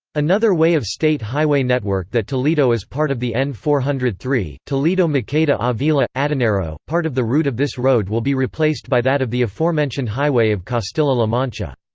another way of state highway network that toledo is part of the n four hundred and three, toledo-maqueda avila adanero. part of the route of this road will be replaced by that of the aforementioned highway of castilla la mancha.